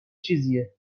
چیزیه